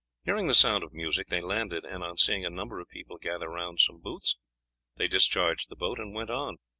hearing the sound of music they landed, and on seeing a number of people gather round some booths they discharged the boat and went on.